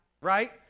right